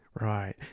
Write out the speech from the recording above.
Right